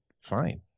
fine